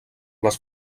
les